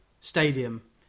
Stadium